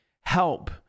help